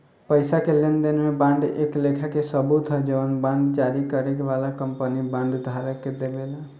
पईसा के लेनदेन में बांड एक लेखा के सबूत ह जवन बांड जारी करे वाला कंपनी बांड धारक के देवेला